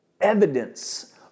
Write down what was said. evidence